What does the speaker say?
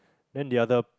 then the other